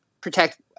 protect